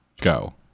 go